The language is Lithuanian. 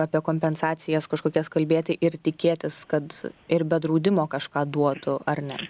apie kompensacijas kažkokias kalbėti ir tikėtis kad ir be draudimo kažką duotų ar ne